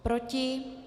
Proti?